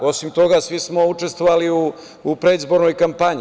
Osim toga, svi smo učestvovali u predizbornoj kampanji.